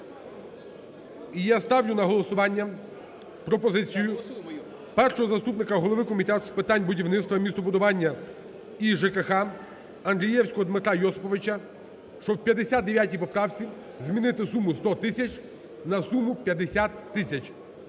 я ставлю на голосування пропозицію першого заступника голови Комітету з питань будівництва, містобудування і ЖКГ Андрієвського Дмитра Йосиповича, щоб в 59 поправці змінити суму 100 тисяч на суму 50 тисяч.